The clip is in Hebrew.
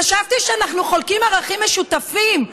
חשבתי שאנחנו חולקים ערכים משותפים,